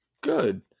Good